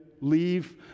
leave